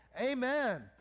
amen